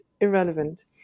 irrelevant